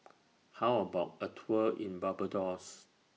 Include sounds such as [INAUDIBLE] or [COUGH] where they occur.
[NOISE] How about A Tour in Barbados